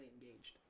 engaged